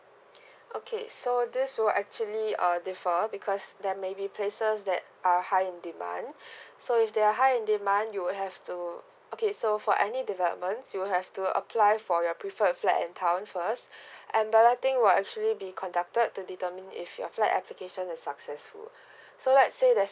okay so this will actually err differ because there maybe places that are high in demand so if they are high demand you would have to okay so for any developments you will have to apply for your preferred flat and town first and balloting will actually be conducted to determine if your flat application a successful so let's say that